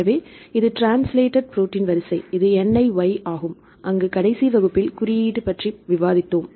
எனவே இது translated protein வரிசை இது NIY ஆகும் அங்கு கடைசி வகுப்பில் குறியீட்டு பற்றி விவாதித்தோம்